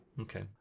Okay